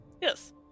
yes